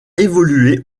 évolué